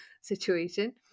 situation